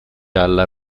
alla